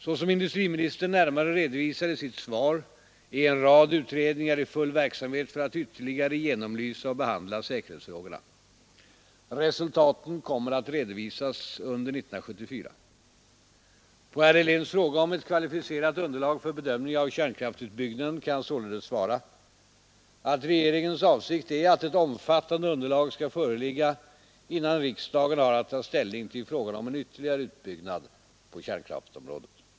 Såsom industriministern närmare redovisar i sitt svar är en rad utredningar i full verksamhet för att ytterligare genomlysa och behandla säkerhetsfrågorna. Resultaten kommer att redovisas under 1974. På herr Heléns fråga om ett kvalificerat underlag för bedömning av kärnkraftutbyggnaden kan jag således svara, att regeringens avsikt är att ett omfattande underlag skall föreligga innan riksdagen har att ta ställning till frågan om en ytterligare utbyggnad på kärnkraftområdet.